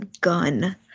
gun